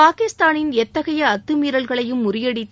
பாகிஸ்தானின் எத்தகைய அத்தமீறல்களையும் முறியடித்து